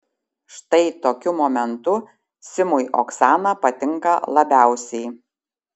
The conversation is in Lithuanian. štai tokiu momentu simui oksana patinka labiausiai